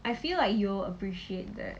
I feel like you'll appreciate that